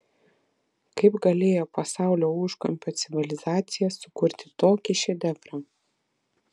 kaip galėjo pasaulio užkampio civilizacija sukurti tokį šedevrą